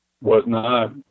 whatnot